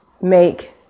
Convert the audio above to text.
make